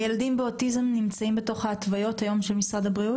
ילדים עם אוטיזם נמצאים התוך ההתוויות של משרד הבריאות?